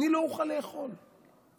אני לא אוכל לאכול כלום,